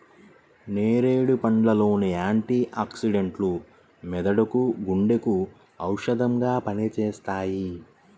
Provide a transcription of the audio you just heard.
నేరేడు పండ్ల లోని యాంటీ ఆక్సిడెంట్లు మెదడుకు, గుండెకు ఔషధంగా పనిచేస్తాయి